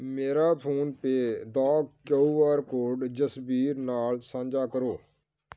ਮੇਰਾ ਫੋਨਪੇਅ ਦਾ Q R code Jasbir ਨਾਲ ਸਾਂਝਾ ਕਰੋ